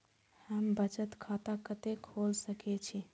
हम बचत खाता कते खोल सके छी?